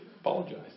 Apologize